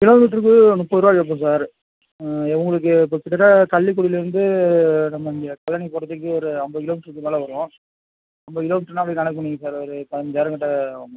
கிலோமீட்டருக்கு முப்பதுரூவா கேட்போம் சார் உங்களுக்கு இப்போ கிட்டத்தட்ட கள்ளிக்குடிலேர்ந்து நம்ம இங்கே கல்லணை போகறதுக்கு ஒரு ஐம்பது கிலோமீட்டருக்கு மேலே வரும் ஐம்பது கிலோ மீட்டருனா அப்டே கணக்கு பண்ணிக்குங்க சார் ஒரு பதினஞ்சாயிரம் கிட்ட ஆவும் சார்